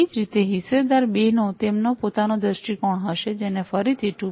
એ જ રીતે હિસ્સેદાર 2 નો તેમનો પોતાનો દૃષ્ટિકોણ હશે જેને ફરીથી 2